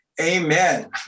amen